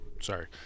Sorry